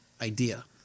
idea